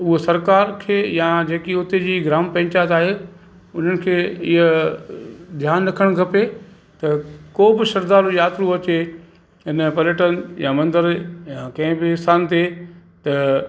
उहा सरकार खे या जेकी उते जी ग्राम पंचायत आहे उन्हनि खे इहो ध्यानु रखणु खपे त को बि शरधालू साधू अचे इन पर्यटन या मंदरु या कंहिं बि स्थान ते त